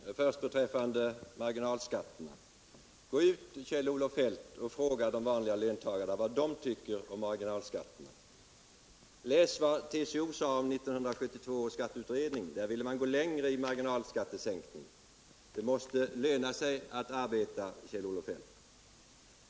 Herr talman! Först till marginalskatterna! Gå ut, Kjell-Olof Feldt, och fråga de vanliga löntagarna vad de tycker om marginalskatterna! Läs vad TCO sade om 1972 års skatteutredning! TCO ville där gå längre i marginalskattesänkning. Det måste löna sig att arbeta, Kjell Olof Feldt.